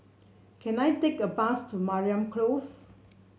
can I take a bus to Mariam Close